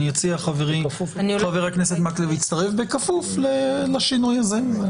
אני אמצעי לחבר חבר הכנסת מקלב שהצטרף לאשר בכפוף לשינוי הזה.